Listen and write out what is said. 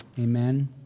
Amen